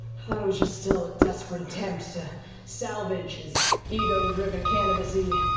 i thought it was just still a desperate attempt to salvage his ego-driven candidacy.